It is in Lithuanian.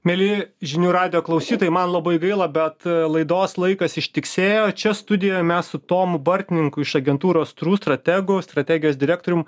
mieli žinių radijo klausytojai man labai gaila bet laidos laikas ištiksėjo čia studijoje mes su tomu bartninku iš agentūros trū strategu strategijos direktorium